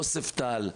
יוספטל.